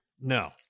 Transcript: No